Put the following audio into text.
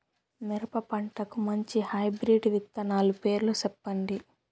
మిరప పంటకు మంచి హైబ్రిడ్ విత్తనాలు పేర్లు సెప్పండి?